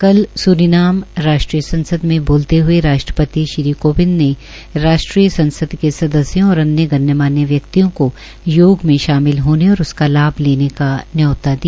कल सुरीनाम राष्ट्रीय सांसद में बोलते हए राष्ट्रपति श्री कोविंद ने राष्ट्रीय संसद के सदस्यों और गणमान्य व्यक्तियों को योग में शामिल होने और उसका लाभ लेने का न्यौता दिया